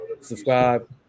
subscribe